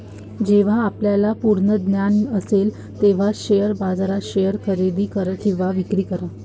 जेव्हा आपल्याला पूर्ण ज्ञान असेल तेव्हाच शेअर बाजारात शेअर्स खरेदी किंवा विक्री करा